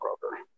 broker